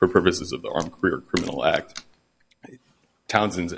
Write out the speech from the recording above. for purposes of the arm career criminal act townsend